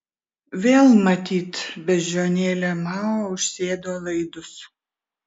vėl matyt beždžionėlė mao užsėdo laidus